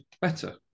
better